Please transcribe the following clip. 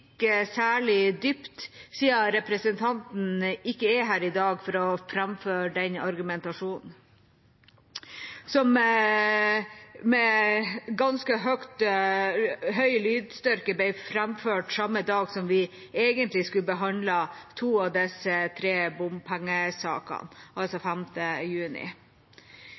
stikke særlig dypt, siden representanten ikke er her i dag for å framføre den argumentasjonen som med ganske høy lydstyrke ble framført samme dag som vi egentlig skulle behandlet to av disse tre bompengesakene, altså 5. juni.